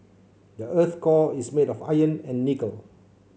the earth's core is made of iron and nickel